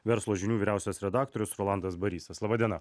verslo žinių vyriausias redaktorius rolandas barysas laba diena